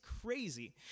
crazy